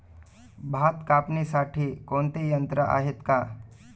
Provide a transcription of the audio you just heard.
भात कापणीसाठी कोणते यंत्र आहेत का?